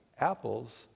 apples